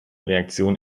reaktion